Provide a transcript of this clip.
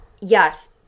yes